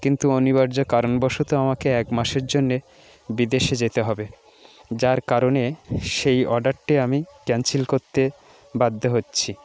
কিন্তু অনিবার্য কারণবশত আমাকে এক মাসের জন্যে বিদেশে যেতে হবে যার কারণে সেই অর্ডারটি আমি ক্যান্সেল করতে বাধ্য হচ্ছি